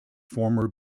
former